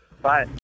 bye